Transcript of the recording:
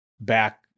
back